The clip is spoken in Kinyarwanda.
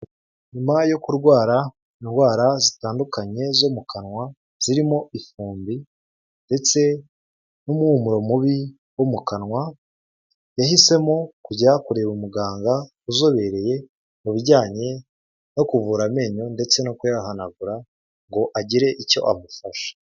Nyuma yo kurwara indwara zitandukanye zo mu kanwa, zirimo ifumbi ndetse n'umuhumuro mubi wo mu kanwa, yahisemo kujya kureba umuganga uzobereye mu bijyanye no kuvura amenyo ndetse no kuyahanagura, ngo agire icyo amufasha.